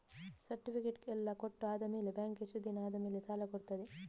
Certificate ಎಲ್ಲಾ ಕೊಟ್ಟು ಆದಮೇಲೆ ಬ್ಯಾಂಕ್ ಎಷ್ಟು ದಿನ ಆದಮೇಲೆ ಸಾಲ ಕೊಡ್ತದೆ?